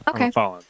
Okay